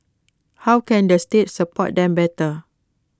how can the state support them better